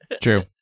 True